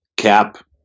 Cap